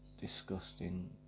disgusting